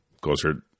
closer